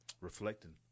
Reflecting